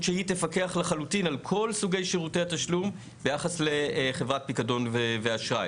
שהיא תפקח לחלוטין על כל סוגי שירותי התשלום ביחס לחברת פיקדון ואשראי,